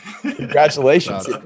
congratulations